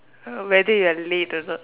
whether you are late or not